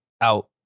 out